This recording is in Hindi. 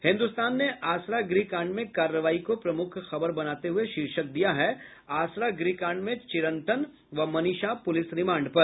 हिन्दुस्तान ने आसरा गृह कांड में कार्रवाई को प्रमुख खबर बनाते हुए शीर्षक दिया है आसरा गृहकांड में चिरंतन व मनीषा पुलिस रिमांड पर